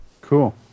cool